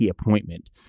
appointment